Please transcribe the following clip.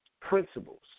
Principles